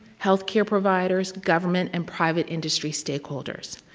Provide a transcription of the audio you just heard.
healthcare providers, government, and private industry stakeholders.